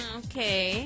okay